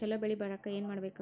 ಛಲೋ ಬೆಳಿ ಬರಾಕ ಏನ್ ಮಾಡ್ಬೇಕ್?